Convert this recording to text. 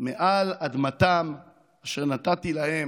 מעל אדמתם אשר נתתי להם,